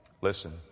Listen